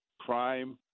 crime